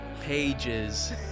pages